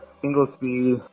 single-speed